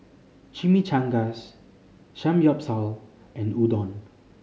Chimichangas Samgyeopsal and Udon